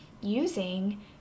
using